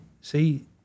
See